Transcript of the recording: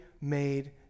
made